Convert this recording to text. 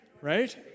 Right